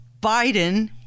Biden